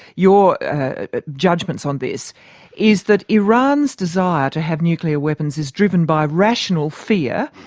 your judgments on this is that iran's desire to have nuclear weapons is driven by rational fear,